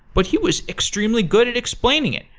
but he was extremely good at explaining it.